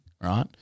Right